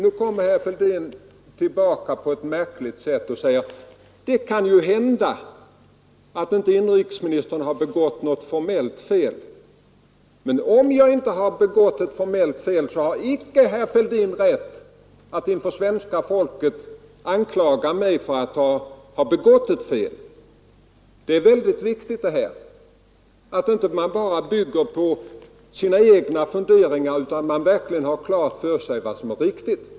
Nu kommer herr Fälldin tillbaka på ett märkligt sätt och säger: Det kan ju hända att inrikesministern inte har begått något fomellt fel. Men om jag inte har begått ett formellt fel, så har icke herr Fälldin rätt att inför svenska folket anklaga mig för att ha begått ett fel. Det är väldigt viktigt att i sådana här sammanhang inte bara bygga på sina egna funderingar utan verkligen ha klart för sig vad som är riktigt.